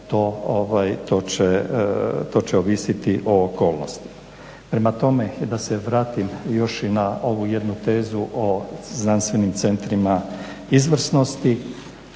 to će ovisiti o okolnosti. Prema tome i da se vratim još i na ovu jednu tezu o Znanstvenim centrima izvrsnosti.